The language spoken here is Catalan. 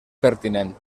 pertinent